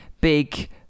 big